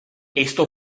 esto